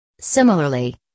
Similarly